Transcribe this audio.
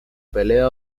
pelea